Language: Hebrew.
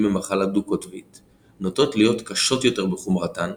ממחלה דו-קוטבית נוטות להיות קשות יותר בחומרתן,